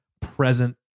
present